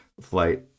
flight